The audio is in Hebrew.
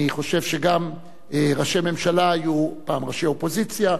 אני חושב שגם ראשי ממשלה יהיו פעם ראשי אופוזיציה,